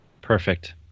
Perfect